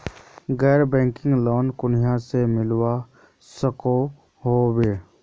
गैर banking loan कुनियाँ से मिलवा सकोहो होबे?